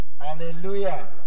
Hallelujah